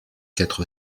quatre